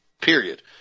period